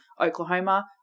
Oklahoma